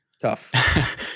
tough